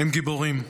הם גיבורים.